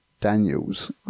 daniels